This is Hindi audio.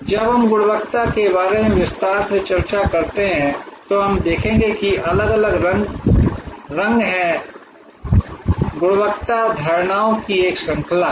जब हम गुणवत्ता के बारे में विस्तार से चर्चा करते हैं तो हम देखेंगे कि अलग अलग रंग हैं गुणवत्ता धारणाओं की एक श्रृंखला है